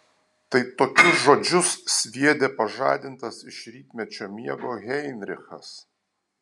tai tokius žodžius sviedė pažadintas iš rytmečio miego heinrichas